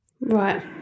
Right